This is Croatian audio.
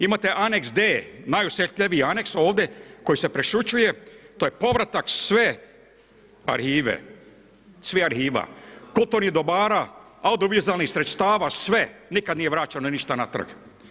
Imate anex D, najosjetljiviji anex ovdje koji se prešućuje, to je povratak svih arhiva, kulturnih dobara, audiovizualnih sredstava sve, nikada nije vraćeno ništa natrag.